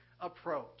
approach